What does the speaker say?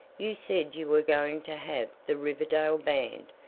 you said you were going to have the riverdale band,